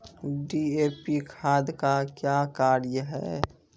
DAP खाद का क्या कार्य हैं?